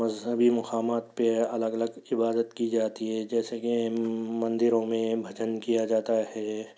مذہبی مقامات پہ الگ الگ عبادت کی جاتی ہے جیسے کہ مندروں میں بھجن کیا جاتا ہے